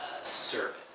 service